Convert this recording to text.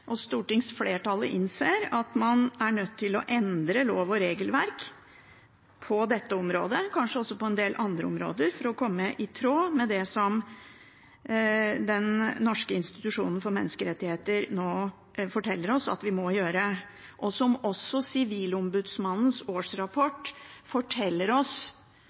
og stortingsflertallet innser at man er nødt til å endre lov- og regelverk på dette området, kanskje også på en del andre områder for å være i tråd med det Norges nasjonale institusjon for menneskerettigheter nå forteller oss at vi må gjøre, og som også Sivilombudsmannens årsmelding forteller oss.